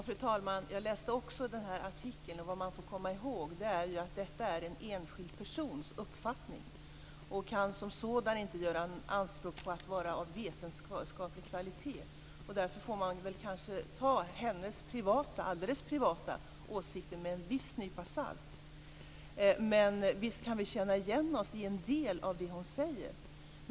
Fru talman! Jag läste också denna artikel. Men vad man får komma ihåg är att det rör sig om en enskild persons uppfattning och kan som sådan inte göra anspråk på att vara av vetenskaplig kvalitet. Därför får man nog ta Barbro Dahlbom-Halls alldeles privata åsikter med en nya salt. Men visst kan vi känna igen oss i en del av vad hon säger.